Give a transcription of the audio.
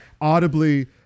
audibly